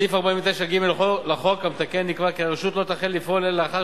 בסעיף 49(ג) לחוק המתקן נקבע כי הרשות לא תחל לפעול אלא לאחר